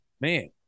Man